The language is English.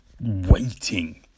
waiting